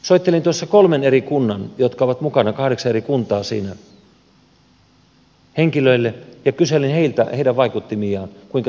soittelin tuossa kolmen eri kunnan jotka ovat mukana kahdeksan eri kuntaa on siinä henkilöille ja kyselin heiltä heidän vaikuttimiaan kuinka se on pelannut